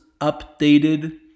updated